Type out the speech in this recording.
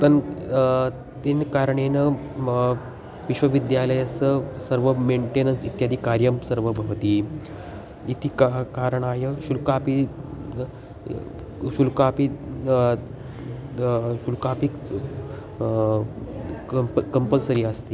तेन तेन कारणेन मम विश्वविद्यालयस्य सर्वं मेन्टेनन्स् इत्यादिकार्यं सर्वं भवति इति कारणं कारणाय शुल्कः अपि शुल्कः अपि शुल्कः अपि कम्प् कम्पल्सरि अस्ति